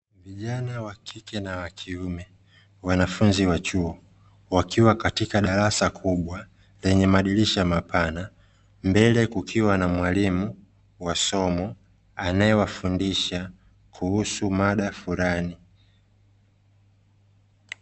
Vijana wakike na wakiume wanafunzi wa chuo wakiwa katika darasa kubwa lenye madirisha mapana, mbele kukiwa na mwalimu wa somo anaewafundisha kuhusu mada fulani.